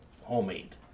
homemade